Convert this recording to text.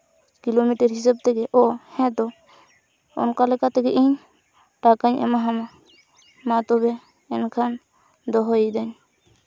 kilometre ᱦᱤᱥᱟᱹᱵ ᱛᱮᱜᱮ ᱳ ᱦᱮᱸ ᱛᱚ ᱚᱱᱠᱟ ᱞᱮᱠᱟ ᱛᱮᱜᱮ ᱤᱧ ᱴᱟᱠᱟᱧ ᱮᱢᱟ ᱟᱢᱟᱢᱟ ᱛᱚᱵᱮ ᱢᱮᱱᱠᱷᱟᱱ ᱫᱚᱦᱚᱭᱮᱫᱟᱹᱧ